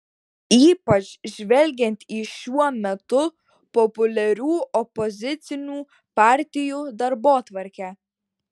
ypač žvelgiant į šiuo metu populiarių opozicinių partijų darbotvarkę